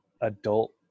adult